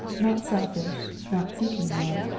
not selfish, not seeking love,